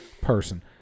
person